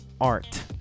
art